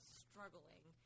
struggling